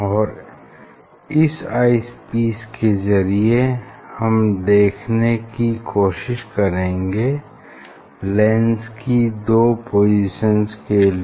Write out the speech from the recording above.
और इस eyepiece के जरिये हम देखने की कोशिश करेंगे लेंस की दो पोसिशन्स के लिए